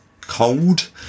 cold